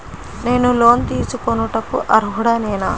నేను లోన్ తీసుకొనుటకు అర్హుడనేన?